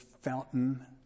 fountain